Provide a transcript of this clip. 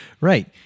Right